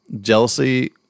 jealousy